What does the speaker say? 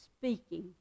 speaking